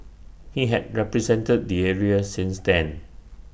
he had represented the area since then